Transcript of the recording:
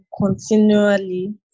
continually